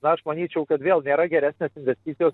na aš manyčiau kad vėl nėra geresnės investicijos